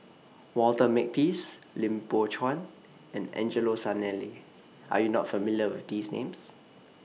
Walter Makepeace Lim Biow Chuan and Angelo Sanelli Are YOU not familiar with These Names